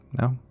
No